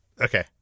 okay